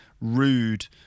rude